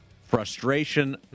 Frustration